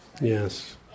Yes